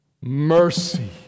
mercy